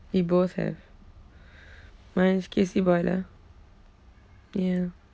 we both have mine's casey boy lah ya